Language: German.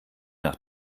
nach